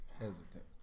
Hesitant